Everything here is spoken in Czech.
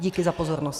Díky za pozornost.